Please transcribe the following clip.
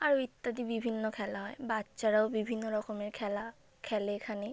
আরও ইত্যাদি বিভিন্ন খেলা হয় বাচ্চারাও বিভিন্ন রকমের খেলা খেলে এখানে